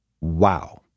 Wow